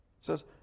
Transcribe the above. says